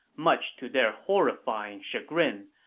much to their horrifying chagrin,